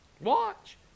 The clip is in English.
Watch